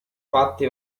fatte